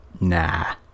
Nah